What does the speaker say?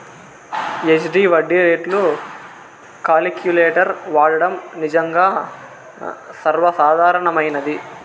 SD వడ్డీ రేట్లు calculator వాడడం నిజంగా సర్వసాధారణమైనది